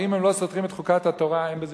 ואם הם לא סותרים את חוקת התורה אין בזה